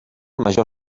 major